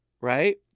right